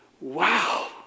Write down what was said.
wow